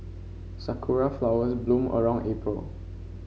sakura flowers bloom around April